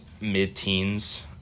mid-teens